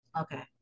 Okay